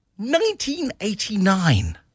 1989